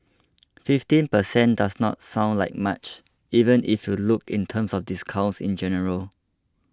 fifteen per cent does not sound like much even if you look in terms of discounts in general